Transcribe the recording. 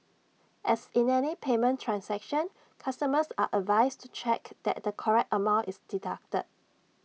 as in any payment transaction customers are advised to check that the correct amount is deducted